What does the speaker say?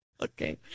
Okay